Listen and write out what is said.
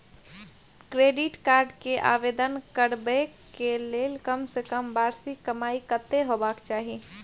Credit card के आवेदन करबैक के लेल कम से कम वार्षिक कमाई कत्ते होबाक चाही?